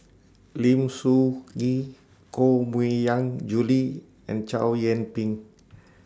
Lim Soo Ngee Koh Mui Hiang Julie and Chow Yian Ping